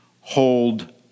hold